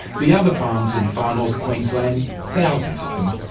the other farms in far north queensland, thousands of them,